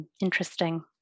interesting